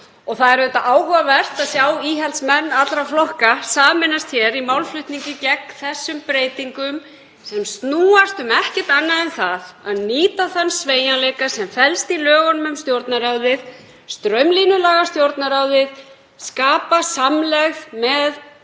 Það er auðvitað áhugavert að sjá íhaldsmenn allra flokka sameinast hér í málflutningi gegn þessum breytingum sem snúast ekki um neitt annað en að nýta þann sveigjanleika sem felst í lögum um Stjórnarráðið, straumlínulaga Stjórnarráðið, skapa samlegð með